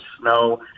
snow